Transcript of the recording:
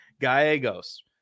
Gallegos